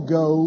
go